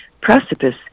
precipice